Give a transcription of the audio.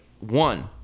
one